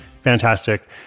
fantastic